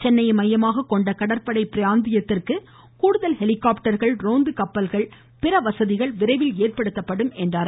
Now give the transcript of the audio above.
சென்னையை மையமாக கொண்ட கடற்படை பிராந்தியத்திற்கு கூடுதல் ஹெலிகாப்டர்கள் ரோந்து கப்பல்கள் மற்றும் பிற வசதிகள் விரைவில் ஏற்படுத்தப்படும் என்றார்